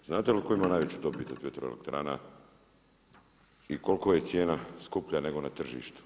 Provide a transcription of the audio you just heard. Znate li tko ima najveću dobit od vjetroelektrana i koliko je cijena skuplja nego na tržištu.